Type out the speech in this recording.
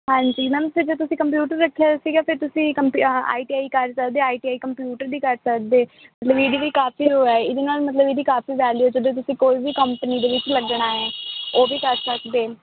ਹਾਂਜੀ ਮੈਮ ਫਿਰ ਜੇ ਤੁਸੀਂ ਕੰਪਿਊਟਰ ਰੱਖਿਆ ਹੋਇਆ ਸੀਗਾ ਫਿਰ ਤੁਸੀਂ ਕੰਪੀ ਆਹ ਆਈ ਟੀ ਆਈ ਕਰ ਸਕਦੇ ਆਈ ਟੀ ਆਈ ਕੰਪਿਊਟਰ ਦੀ ਕਰ ਸਕਦੇ ਵੀ ਕਾਫੀ ਉਹ ਹੈ ਇਹਦੇ ਨਾਲ ਮਤਲਬ ਇਹਦੀ ਕਾਫੀ ਵੈਲਉ ਜਦੋਂ ਤੁਸੀਂ ਕੋਈ ਵੀ ਕੰਪਨੀ ਦੇ ਵਿੱਚ ਲੱਗਣਾ ਹੈ ਉਹ ਵੀ ਕਰ ਸਕਦੇ